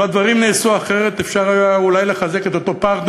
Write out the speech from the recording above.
לו נעשו הדברים אחרת היה אפשר אולי לחזק את אותו פרטנר,